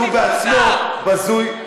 שהוא בעצמו בזוי מכל דבר.